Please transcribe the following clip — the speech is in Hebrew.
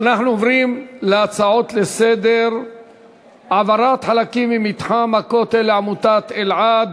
אנחנו עוברים להצעות לסדר-היום מס' 2819, 2823,